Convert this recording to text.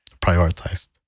Prioritized